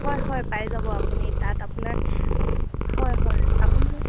হয় হয় পাই যাব আপুনি তাত আপোনাৰ হয় হয় আপুনি